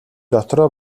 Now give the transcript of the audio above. дотроо